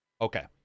Okay